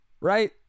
Right